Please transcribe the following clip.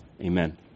Amen